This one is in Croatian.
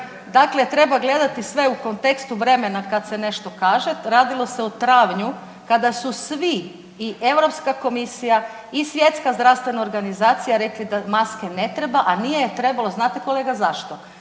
Dakle, treba gledati sve u kontekstu vremena kad se nešto kaže. Radilo se o travnju kada su svi i Europska komisija i Svjetska zdravstvena organizacija rekli da maske ne treba, a nije trebalo znate kolega zašto?